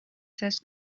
says